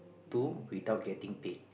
to without getting paid